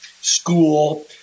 school